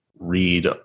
read